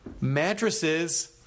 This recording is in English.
Mattresses